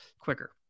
quicker